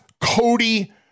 Cody